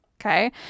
okay